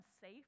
safe